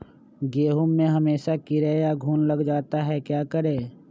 गेंहू में हमेसा कीड़ा या घुन लग जाता है क्या करें?